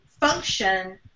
function